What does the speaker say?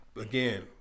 again